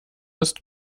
ist